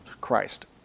Christ